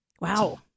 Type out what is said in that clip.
Wow